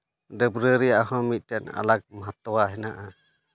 ᱰᱟᱹᱵᱽᱨᱟᱹ ᱨᱮᱱᱟᱜ ᱦᱚᱸ ᱢᱤᱫᱴᱟᱹᱱ ᱟᱞᱟᱜᱽ ᱢᱟᱦᱟᱛᱛᱚ ᱢᱮᱱᱟᱜᱼᱟ